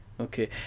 okay